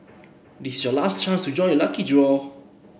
this is your last chance to join the lucky draw